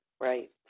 right